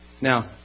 Now